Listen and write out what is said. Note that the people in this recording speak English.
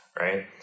right